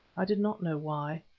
i did not know why.